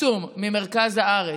עצום ממרכז הארץ.